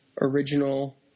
original